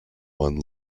one